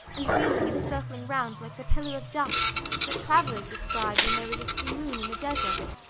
and wheeling and circling round like the pillar of dust that travellers describe when there is a simoon in the desert.